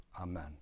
Amen